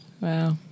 Wow